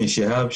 אני שיהאב,